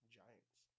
giants